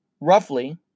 roughly